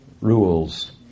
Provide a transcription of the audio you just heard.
rules